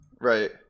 Right